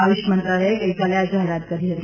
આયુષ મંત્રાલયે ગઇકાલે આ જાહેરાત કરી હતી